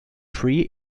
free